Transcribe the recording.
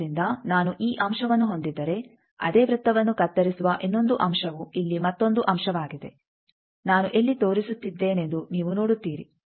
ಆದ್ದರಿಂದ ನಾನು ಈ ಅಂಶವನ್ನು ಹೊಂದಿದ್ದರೆ ಅದೇ ವೃತ್ತವನ್ನು ಕತ್ತರಿಸುವ ಇನ್ನೊಂದು ಅಂಶವು ಇಲ್ಲಿ ಮತ್ತೊಂದು ಅಂಶವಾಗಿದೆ ನಾನು ಎಲ್ಲಿ ತೋರಿಸುತ್ತಿದ್ದೇನೆಂದು ನೀವು ನೋಡುತ್ತೀರಿ